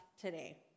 today